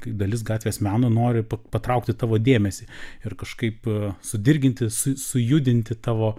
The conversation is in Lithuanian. kaip dalis gatvės meno nori patraukti tavo dėmesį ir kažkaip sudirginti su sujudinti tavo